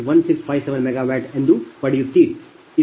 1657 MW megawatt ಎಂದು ಪಡೆಯುತ್ತೀರಿ